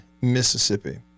Mississippi